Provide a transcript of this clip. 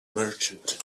merchant